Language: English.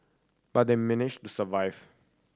but they managed to survive